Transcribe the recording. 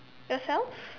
yourself